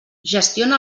gestiona